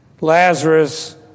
Lazarus